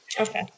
Okay